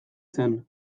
zen